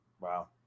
Wow